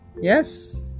yes